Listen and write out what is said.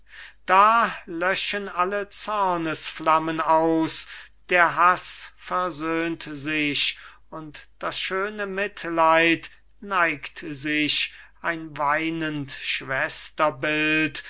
da löschen alle zornesflammen aus der haß versöhnt sich und das schöne mitleid neigt sich ein weinend